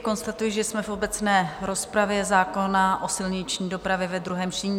Konstatuji, že jsme v obecné rozpravě zákona o silniční dopravě ve druhém čtení.